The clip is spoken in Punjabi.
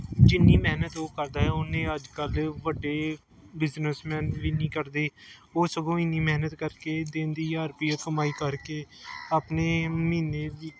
ਜਿੰਨੀ ਮਿਹਨਤ ਉਹ ਕਰਦਾ ਹੈ ਉਨੇ ਅੱਜ ਕੱਲ੍ਹ ਵੱਡੇ ਬਿਜਨਸਮੈਨ ਵੀ ਨਹੀਂ ਕਰਦੇ ਉਹ ਸਗੋਂ ਇੰਨੀ ਮਿਹਨਤ ਕਰਕੇ ਦਿਨ ਦੀ ਹਜ਼ਾਰ ਰੁਪਈਆ ਕਮਾਈ ਕਰਕੇ ਆਪਣੇ ਮਹੀਨੇ ਦੀ